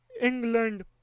England